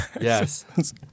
Yes